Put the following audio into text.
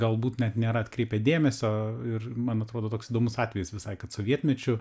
galbūt net nėra atkreipę dėmesio ir man atrodo toks įdomus atvejis visai kad sovietmečiu